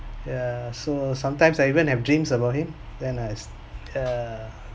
ya so sometimes I even have dreams about him than us ya